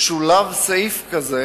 שולב סעיף כזה